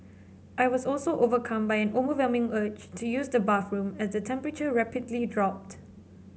I was also overcome by an overwhelming urge to use the bathroom as the temperature rapidly dropped